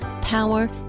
power